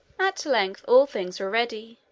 at length all things were ready,